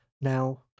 Now